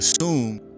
assume